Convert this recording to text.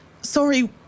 sorry